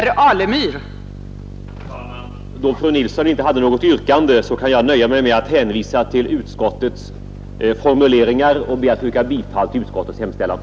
Fru talman! Då fru Nilsson i Kristianstad inte hade något yrkande, kan jag nöja mig med att hänvisa till utskottets formuleringar och ber att få yrka bifall till utskottets hemställan.